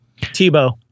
tebow